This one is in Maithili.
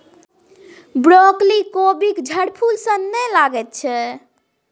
ब्रॉकली कोबीक झड़फूल सन नहि लगैत छै